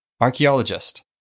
Archaeologist